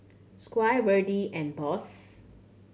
Squire Verdie and Boss